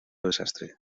desastre